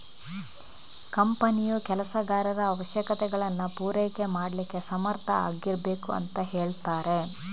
ಕಂಪನಿಯು ಕೆಲಸಗಾರರ ಅವಶ್ಯಕತೆಗಳನ್ನ ಪೂರೈಕೆ ಮಾಡ್ಲಿಕ್ಕೆ ಸಮರ್ಥ ಆಗಿರ್ಬೇಕು ಅಂತ ಹೇಳ್ತಾರೆ